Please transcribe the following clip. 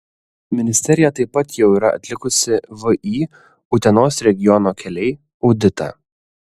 ministerija taip pat jau yra atlikusi vį utenos regiono keliai auditą